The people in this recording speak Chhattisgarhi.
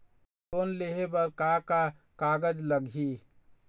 लोन लेहे बर का का कागज लगही?